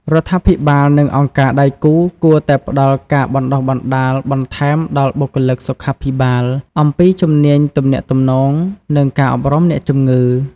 រដ្ឋាភិបាលនិងអង្គការដៃគូគួរតែផ្តល់ការបណ្តុះបណ្តាលបន្ថែមដល់បុគ្គលិកសុខាភិបាលអំពីជំនាញទំនាក់ទំនង និងការអប់រំអ្នកជំងឺ។